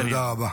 תודה.